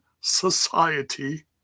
Society